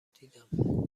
دیدم